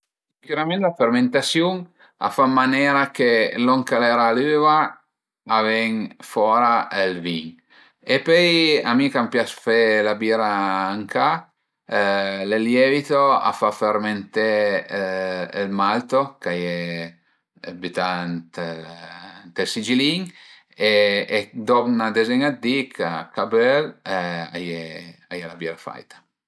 Sicürament la fermentasiun a fa ën manera che lon ch'al era l'üva a ven fora ël vin e pöi a mi ch'a më pias fe la bira ën ca, ël lievito a fa fërmenté ël malto ch'a ie bütà ënt ël sigilin e dop 'na dezen-a dë di ch'a ch'a böl a ie a ie la bira faita